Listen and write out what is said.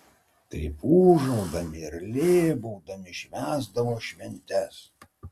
taip ūžaudami ir lėbaudami švęsdavo šventes